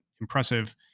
impressive